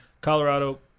Colorado